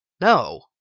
No